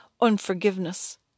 unforgiveness